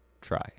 try